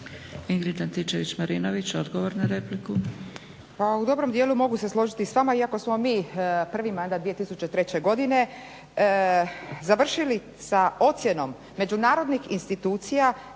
**Antičević Marinović, Ingrid (SDP)** Pa u dobro dijelu mogu se složiti s vama iako smo mi prvi mandat 2003. godine završili sa ocjenom međunarodnih institucija